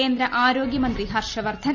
കേന്ദ്ര ആരോഗ്യമന്ത്രി ഹർഷ്വർദ്ധൻ